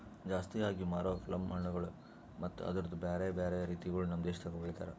ಜಾಸ್ತಿ ಆಗಿ ಮಾರೋ ಪ್ಲಮ್ ಹಣ್ಣುಗೊಳ್ ಮತ್ತ ಅದುರ್ದು ಬ್ಯಾರೆ ಬ್ಯಾರೆ ರೀತಿಗೊಳ್ ನಮ್ ದೇಶದಾಗ್ ಬೆಳಿತಾರ್